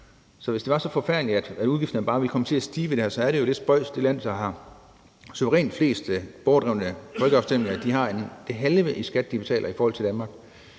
Så hvis det var så forfærdeligt, at udgifterne bare ville komme til at stige ved det her, er det jo lidt spøjst, at det land, der har suverænt flest borgerdrevne folkeafstemninger, betaler det halve i skat i forhold til Danmark.